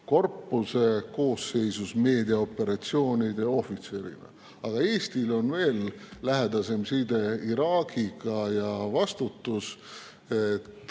korpuse koosseisus meediaoperatsioonide ohvitserina. Aga Eestil on veel lähedasem side Iraagiga. Kui